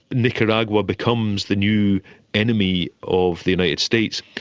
nicaragua becomes the new enemy of the united states,